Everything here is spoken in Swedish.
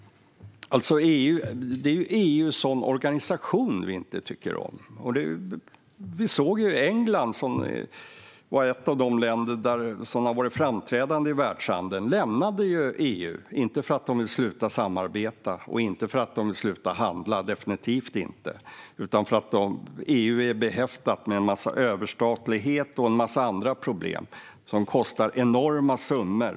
Det är EU som organisation som vi inte tycker om. England är ett av de länder som har varit framträdande i världshandeln. Nu lämnar de EU, inte för att de vill sluta samarbeta och definitivt inte för att de vill sluta handla utan för att EU är behäftat med överstatlighet och en massa andra problem som kostar enorma summor.